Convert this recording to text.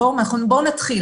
בואו ונתחיל.